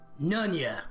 Nunya